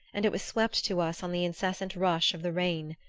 and it was swept to us on the incessant rush of the rain.